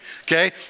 okay